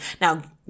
Now